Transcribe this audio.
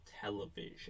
television